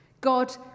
God